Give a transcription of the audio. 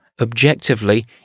objectively